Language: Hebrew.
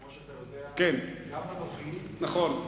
כמו שאתה יודע, גם אנוכי נכון.